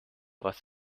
was